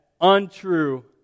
untrue